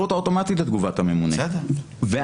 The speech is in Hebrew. אותה אוטומטית לתגובת הממונה ואז,